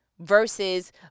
versus